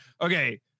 okay